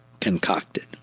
concocted